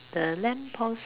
the lamp post